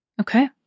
okay